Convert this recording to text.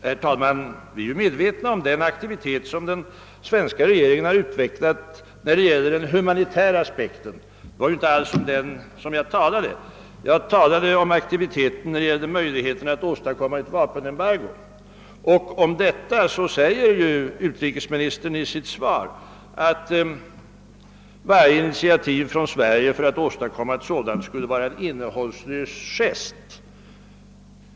Herr talman! Vi är medvetna om den aktivitet som den svenska regeringen har utvecklat när det gäller den humanitära aspekten. Det var inte alls om den jag talade, utan om frånvaron av aktivitet i fråga om möjligheterna att åstadkomma ett vapenembargo. Utrikesministern säger i sitt svar att varje initiativ från Sverige för att få ett sådant till stånd skulle vara en innehållslös gest.